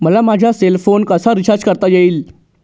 मला माझा cell phone कसा रिचार्ज करता येईल?